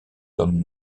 comme